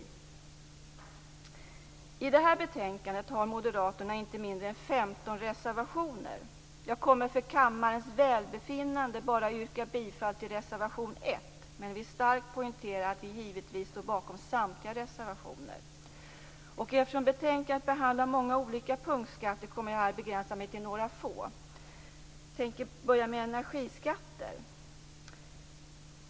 Vid det här betänkandet har moderaterna inte mindre än 15 reservationer. Jag kommer för kammarens välbefinnande att yrka bifall bara till reservation 1, men jag vill starkt poängtera att vi givetvis står bakom samtliga reservationer. Betänkandet behandlar många olika punktskatter, men jag kommer här att begränsa mig till några få. Jag börjar med energiskatter.